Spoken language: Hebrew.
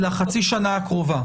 לחצי השנה הקרובה?